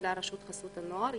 מפעילה רשות חסות הנוער,